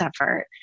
effort